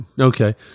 Okay